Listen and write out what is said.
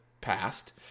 passed